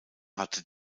hatte